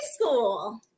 school